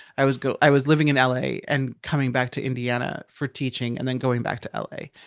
i was go, i was living in l a. and coming back to indiana for teaching and then going back to l a.